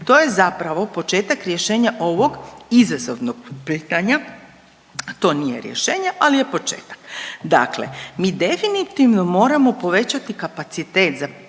To je zapravo početak rješenja ovog izazovnog pitanja, to nije rješenje, ali je početak. Dakle, mi definitivno moramo povećati kapacitete za